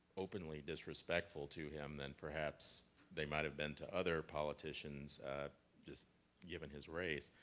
openly disrespectful to him than perhaps they might have been to other politicians just given his race.